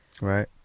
Right